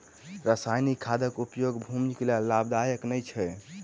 रासायनिक खादक उपयोग भूमिक लेल लाभदायक नै अछि